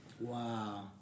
Wow